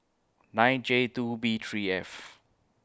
nine J two B three F